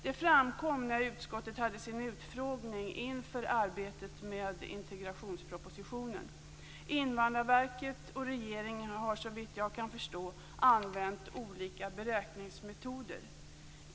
Detta framkom när utskottet hade sin utfrågning inför arbetet med integrationspropositionen. Invandrarverket och regeringen har såvitt jag kan förstå använt olika beräkningsmetoder.